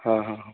ହଁ ହଁ